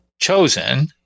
chosen